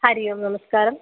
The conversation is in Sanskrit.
हरिः ओम् नमस्कारः